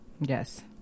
Yes